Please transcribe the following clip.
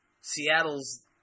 Seattle's